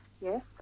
Yes